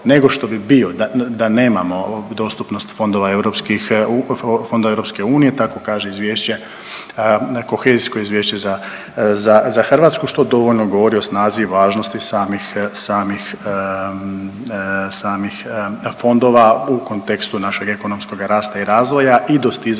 nego što bi bio da nemamo dostupnost fondova EU, tako kaže izvješće, kohezijsko izvješće za Hrvatsku što dovoljno govori o snazi i važnosti samih fondova u kontekstu našeg ekonomskog rasta i razvoja i dostizanja